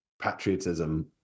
patriotism